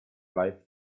life